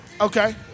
Okay